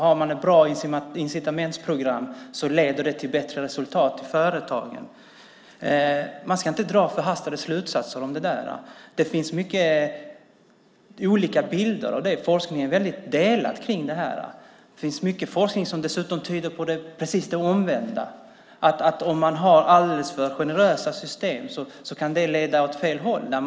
Har man ett bra incitamentsprogram leder det till bättre resultat i företagen. Man ska inte dra förhastade slutsatser om det. Det finns mycket olika bilder av det, och forskningen är mycket delad. Det finns dessutom mycket forskning som tyder på precis det omvända. Om man har alldeles för generösa system kan det leda åt alldeles fel håll.